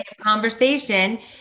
conversation